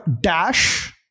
dash